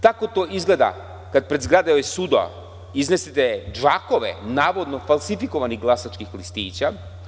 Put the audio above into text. Tako to izgleda kada ispred zgrade suda iznesete džakove navodno falsifikovanih glasačkih listića.